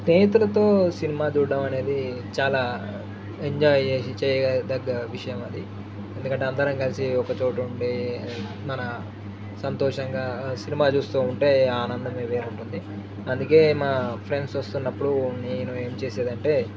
స్నేహితులతో సినిమా చూడ్డం అనేది చాలా ఎంజాయ్ చేసి చేయ దగ్గ విషయం అది ఎందుకంటే అందరం కలిసి ఒక చోట ఉండి మన సంతోషంగా సినిమా చూస్తూ ఉంటే ఆనందమే వేరు ఉంటుంది అందుకే మా ఫ్రెండ్స్ వస్తున్నప్పుడు నేను ఏం చేసేదంటే